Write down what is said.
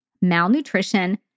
malnutrition